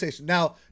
Now